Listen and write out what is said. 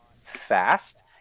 fast